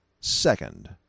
second